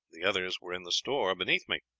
the others were in the store beneath me.